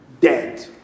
dead